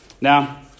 Now